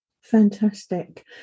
Fantastic